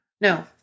No